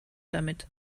damit